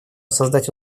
создать